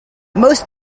most